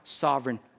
sovereign